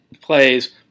plays